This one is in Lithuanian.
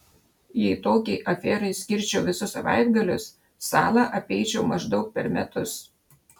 jei tokiai aferai skirčiau visus savaitgalius salą apeičiau maždaug per metus